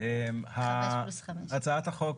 הצעת החוק